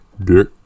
Dick